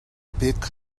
pick